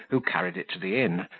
who carried it to the inn,